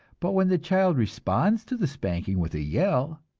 but when the child responds to the spanking with a yell,